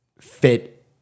fit